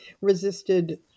resisted